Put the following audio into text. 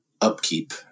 upkeep